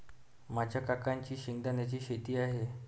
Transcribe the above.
माझ्या काकांची शेंगदाण्याची शेती आहे